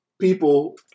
people